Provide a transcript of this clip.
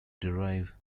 derive